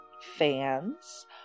fans